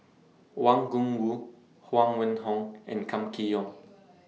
Wang Gungwu Huang Wenhong and Kam Kee Yong